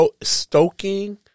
stoking